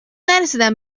نرسیدم